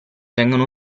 vengono